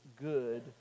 good